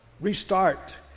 restart